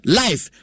life